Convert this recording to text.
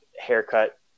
haircut